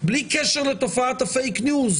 בלי קשר לתופעת ה"פייק ניוז".